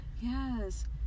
yes